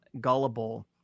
gullible